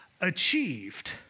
achieved